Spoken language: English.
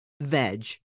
veg